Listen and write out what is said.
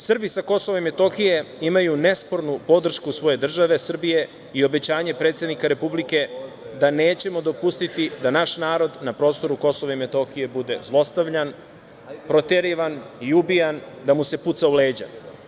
Srbi sa KiM imaju nespornu podršku svoje države Srbije i obećanje predsednika Republike da nećemo dopustiti da naš narod na prostoru KiM bude zlostavljan, proterivan i ubijan, da mu se puca u leđa.